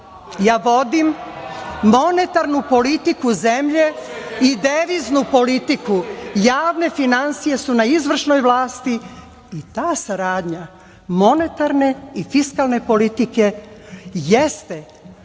Ja vodim monetarnu politiku zemlje i deviznu politiku, javne finansije su na izvršnoj vlasti i ta saradnja monetarne i fiskalne politike jeste